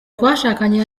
twashakanye